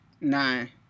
Nine